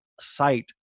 Sight